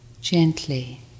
gently